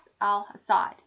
al-Assad